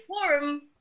forum